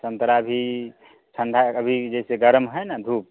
संतरा भी ठंडा अभी जैसे गर्म है ना धूप